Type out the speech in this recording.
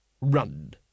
Run